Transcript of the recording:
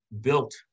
built